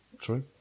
True